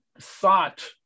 thought